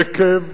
עקב